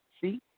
see